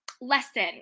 lesson